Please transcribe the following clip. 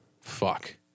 fuck